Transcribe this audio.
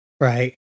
Right